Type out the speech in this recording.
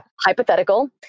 hypothetical